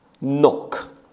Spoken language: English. knock